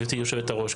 גבירתי יושבת-הראש,